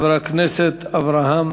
חבר הכנסת אברהם